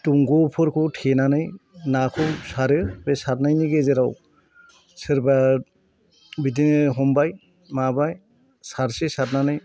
दंग'फोरखौ थेनानै नाखौ सारो बे सारनायनि गेजेराव सोरबा बिदिनो हमबाय माबाय सारसे सारनानै